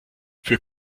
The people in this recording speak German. für